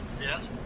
Yes